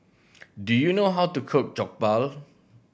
do you know how to cook Jokbal